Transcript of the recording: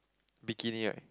bikini right